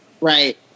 Right